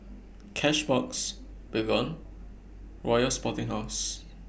Cashbox Baygon Royal Sporting House